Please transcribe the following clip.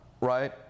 right